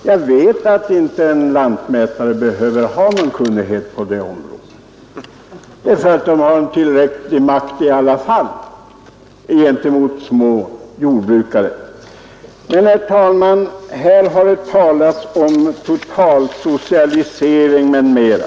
Jag vet att en lantmätare inte behöver ha någon kunskap på det området; de har tillräcklig makt i alla fall gentemot små jordbrukare. Här har talats om total socialisering m.m.